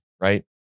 right